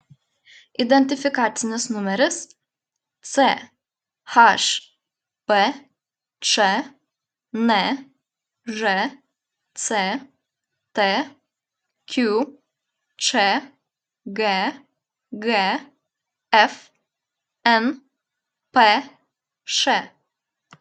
identifikacinis numeris chbč nžct qčgg fnpš